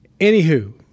anywho